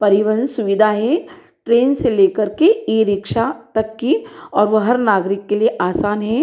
परिवहन सुविधा है ट्रेन से ले करके ई रिक्शा तक की और वह हर नागरिक के लिए आसान है